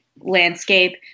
landscape